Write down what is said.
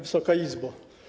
Wysoka Izbo!